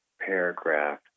paragraph